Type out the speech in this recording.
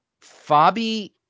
Fabi